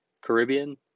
Caribbean